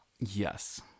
Yes